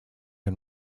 and